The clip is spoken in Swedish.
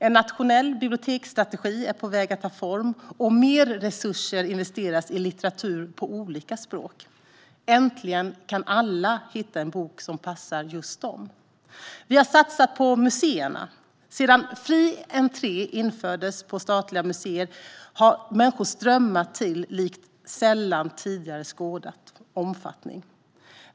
En nationell biblioteksstrategi är på väg att ta form, och mer resurser investeras i litteratur på olika språk. Äntligen kan alla hitta en bok som passar just dem. Vi har satsat på museerna. Sedan fri entré infördes på statliga museer har människor strömmat till i tidigare sällan skådad omfattning.